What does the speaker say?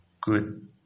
good